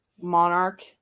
Monarch